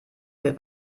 für